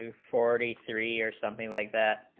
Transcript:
um forty three are something like that